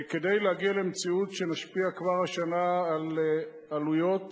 כדי להגיע למציאות שנשפיע כבר השנה על העלויות